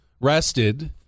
rested